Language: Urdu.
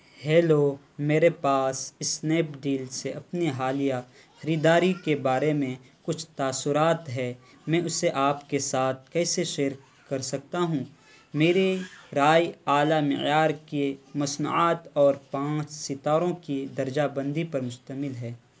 ہیلو میرے پاس اسنیپ ڈیل سے اپنی حالیہ خریداری کے بارے میں کچھ تاثرات ہے میں اسے آپ کے ساتھ کیسے شیئر کر سکتا ہوں میری رائے اعلی معیار کیے مصنوعات اور پانچ ستاروں کی درجہ بندی پر مشتمل ہے